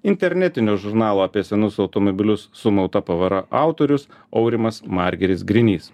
internetinio žurnalo apie senus automobilius sumauta pavara autorius aurimas margiris grinys